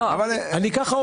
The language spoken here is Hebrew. כך אני עובד כבר 20 שנים.